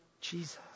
Jesus